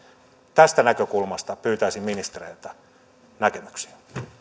tästä näkökulmasta pyytäisin ministereiltä näkemyksiä